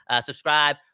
Subscribe